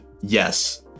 yes